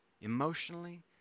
Emotionally